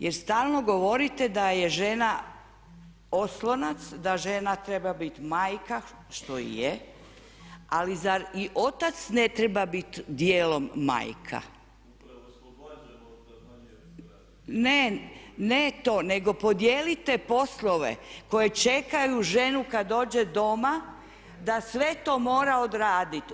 Jer stalno govorite da je žena oslonac, da žena treba biti majka, što i je, ali zar i otac ne treba biti dijelom majka? … [[Upadica se ne razumije.]] Ne, ne to nego podijelite poslove koje čekaju ženu kad dođe doma da sve to mora odraditi.